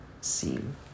seem